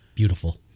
Beautiful